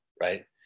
Right